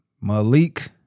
Malik